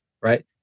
Right